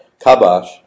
kabash